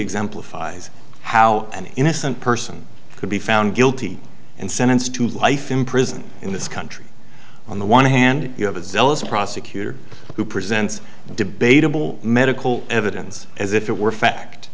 exemplifies how an innocent person could be found guilty and sentenced to life in prison in this country on the one hand you have a zealous prosecutor who presents debatable medical evidence as if it were fact